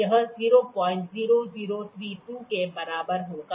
यह 00032 के बराबर होगा